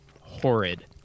horrid